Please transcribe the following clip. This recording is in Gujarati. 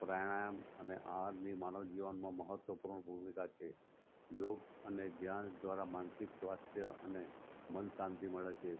પ્રાણાયામ અને આહારની માનવ જીવનમાં મહત્વપૂર્ણ ભૂમિકા છે યોગ અને ધ્યાન દ્વારા માનસિક સ્વાસ્થ્ય અને મનની શાંતિ મળે છે